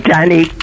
Danny